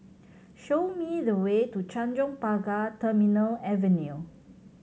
show me the way to Tanjong Pagar Terminal Avenue